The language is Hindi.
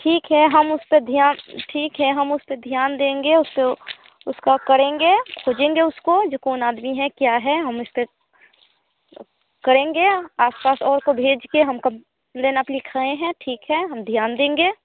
ठीक है हम उस पर ध्यान ठीक है हम उस पर ध्यान देंगे उसे उसका करेंगे खोजेंगे उसको जो कौन आदमी है क्या है हम उस पर करेंगे आस पास और को भेज के हम कम्प्लेन आप लिख रहें हैं ठीक है हम ध्यान देंगे